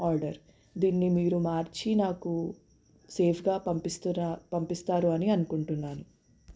order దీన్ని మీరు మార్చి నాకు సేఫ్గా పంపిస్తురా పంపిస్తారు అని అనుకుంటున్నాను